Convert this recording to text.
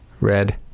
red